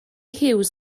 hughes